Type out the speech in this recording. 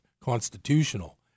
constitutional